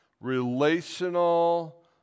Relational